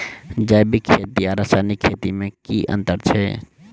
जैविक खेती आ रासायनिक खेती मे केँ अंतर छै?